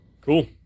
Cool